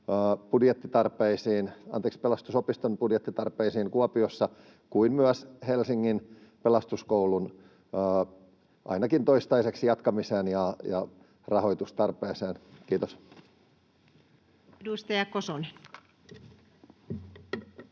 Pelastusopiston budjettitarpeisiin Kuopiossa kuin myös Helsingin Pelastuskoulun jatkamiseen ainakin toistaiseksi ja rahoitustarpeeseen. — Kiitos. [Speech